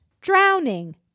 drowning